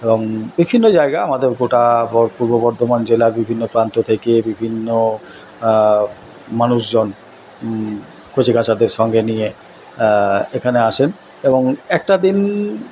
এবং বিভিন্ন জায়গা আমাদের গোটা পূর্ব বর্ধমান জেলার বিভিন্ন প্রান্ত থেকে বিভিন্ন মানুষজন কচিকাঁচাদের সঙ্গে নিয়ে এখানে আসেন এবং একটা দিন